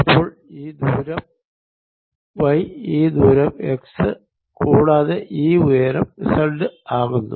അപ്പോൾ ഈ ദൂരം വൈ ഈ ദൂരം എക്സ് കൂടാതെ ഈ ഉയരം സെഡ് ആകുന്നു